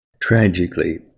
Tragically